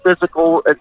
physical